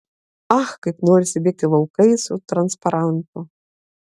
ach kaip norisi bėgti laukais su transparantu